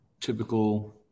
Typical